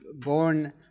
born